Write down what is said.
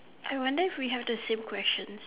I wonder if we have the same question